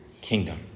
kingdom